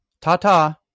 Ta-ta